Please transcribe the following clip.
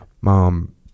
Mom